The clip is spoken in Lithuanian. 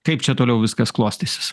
kaip čia toliau viskas klostysis